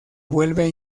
vuelve